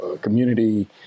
community